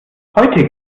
heute